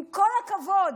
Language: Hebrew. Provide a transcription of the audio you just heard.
עם כל הכבוד,